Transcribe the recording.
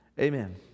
Amen